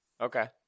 Okay